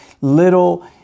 little